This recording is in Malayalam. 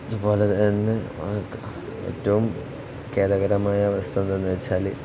അതുപോലെതന്നെ ഏറ്റവും ഖേദകരമായ വസ്തുതയെന്താണെന്ന് വെച്ചാല്